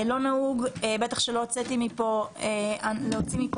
לא נהוג ולא עשיתי כאן להוציא מכאן